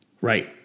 Right